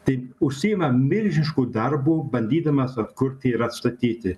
tai užsiima milžinišku darbu bandydamas atkurti ir atstatyti